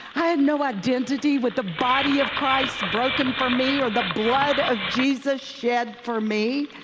i had no identity with the body of christ broken for me or the blood of jesus shed for me.